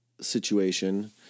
situation